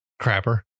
Crapper